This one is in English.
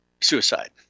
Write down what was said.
suicide